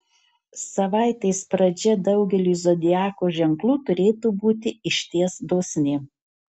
savaitės pradžia daugeliui zodiako ženklų turėtų būti išties dosni